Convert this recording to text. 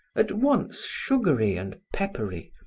at once sugary and peppery,